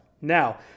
Now